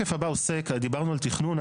דיברנו על תכנון.